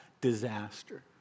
disaster